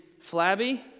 flabby